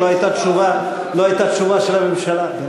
לא הייתה תשובה של הממשלה.